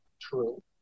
true